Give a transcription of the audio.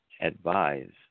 advise